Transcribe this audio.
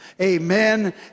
amen